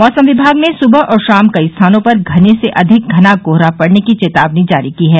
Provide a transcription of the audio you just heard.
मौसम विभाग ने सुबह और शाम कई स्थानों पर घने से अधिक घना कोहरा पड़ने की चेतावनी जारी की है